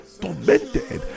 tormented